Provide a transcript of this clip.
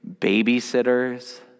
babysitters